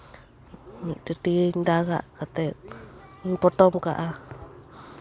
ᱢᱤᱫ ᱴᱟᱹᱴᱭᱟᱹᱧ ᱫᱟᱜᱟᱜ ᱠᱟᱛᱮᱧ ᱯᱚᱴᱚᱢ ᱠᱟᱜᱼᱟ